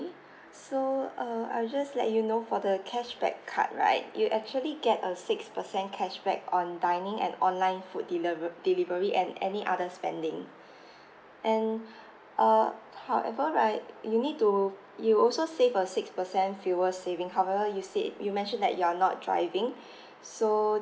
so err I'll just let you know for the cashback card right you actually get a six percent cashback on dining and online food deli~ delivery and any other spending and uh however right you need to you also save a six percent fuel saving however you said you mentioned that you're not driving so